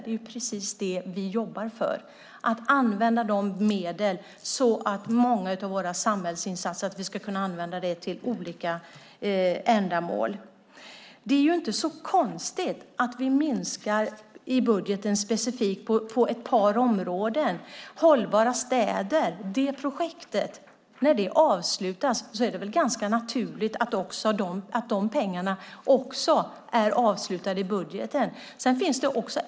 Det är just det vi jobbar för, att använda medlen till olika ändamål. Det är inte så konstigt att vi minskar i budgeten på ett par områden. När projektet Hållbara städer avslutas är det väl naturligt att pengarna till det också är avslutade i budgeten.